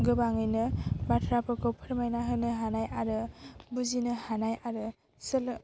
गोबाङैनो बाथ्राफोरखौ फोरमायना होनो हानाय आरो बुजिनो हानाय आरो